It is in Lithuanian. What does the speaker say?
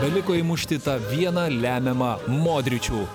beliko įmušti tą vieną lemiamą modričių